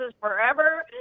forever